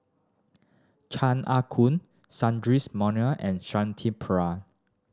Chan Ah Kow Sundaresh Menon and Shanti Pereira